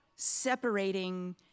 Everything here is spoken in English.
separating